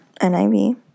NIV